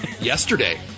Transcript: yesterday